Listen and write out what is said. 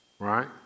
right